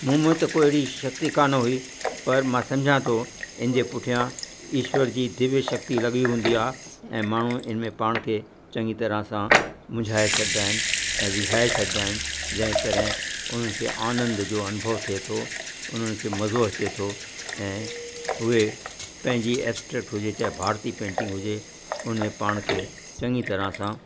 मूं में त कोई अहिड़ी शक्ति कोन हुई पर मां सम्झा थो इन जे पुठियां ईश्वर जी दिव्य शक्ति लॻी हूंदी आहे ऐं माण्हू इन में पाण खे चङी तरह सां मुंझाए छॾंदा आहिनि ऐं विझाए छॾंदा आहिनि जंहिं तरह उन्हनि खे आनंद जो अनुभव थिए थो उन्हनि खे मज़ो अचे थो ऐं उहे पंहिंजी एब्स्ट्रैक्ट हुजे चाहे भारतीय पेंटिंग हुजे उन में पाण खे चङी तरह सां